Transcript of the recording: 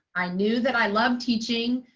i knew that i loved teaching.